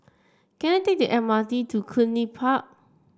can I take the M R T to Cluny Park